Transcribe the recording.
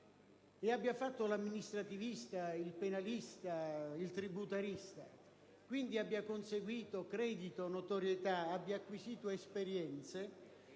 che abbia fatto l'amministrativista, il penalista, il tributarista e, quindi, abbia conseguito credito, notorietà ed esperienze,